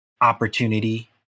opportunity